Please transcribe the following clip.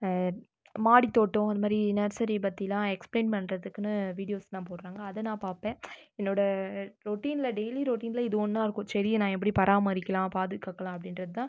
மாடித்தோட்டம் இதுமாதிரி நர்சரி பற்றிலாம் எக்ஸ்ப்ளைன் பண்ணுறதுக்குன்னு வீடியோஸ்லாம் போடுறாங்க அதை நான் பார்ப்பேன் என்னோட ரொட்டீனில் டெய்லி ரொட்டீனில் இது ஒன்றா இருக்கும் செடியை நான் எப்படி பராமரிக்கலாம் பாதுகாக்கலாம் அப்படின்றது தான்